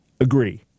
agree